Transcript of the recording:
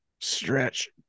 stretch